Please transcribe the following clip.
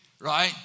right